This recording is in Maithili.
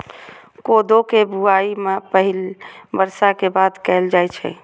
कोदो के बुआई पहिल बर्षा के बाद कैल जाइ छै